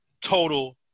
Total